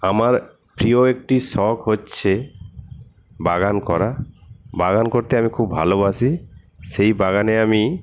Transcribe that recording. আমার প্রিয় একটি সখ হচ্ছে বাগান করা বাগান করতে আমি খুব ভালোবাসি সেই বাগানে আমি